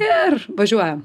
ir važiuojam